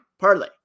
parlay